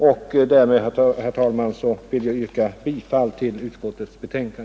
Herr talman! Med det anförda vill jag yrka bifall till utskottets hemställan.